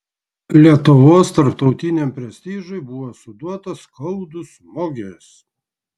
lietuvos tarptautiniam prestižui buvo suduotas skaudus smūgis